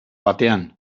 batean